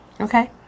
Okay